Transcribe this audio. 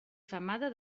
femada